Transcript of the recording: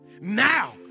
now